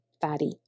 fatty